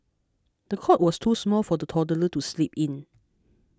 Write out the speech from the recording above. the cot was too small for the toddler to sleep in